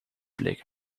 bleek